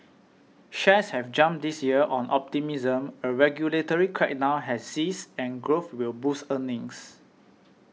shares have jumped this year on optimism a regulatory crackdown has eased and growth will boost earnings